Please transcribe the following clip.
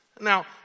Now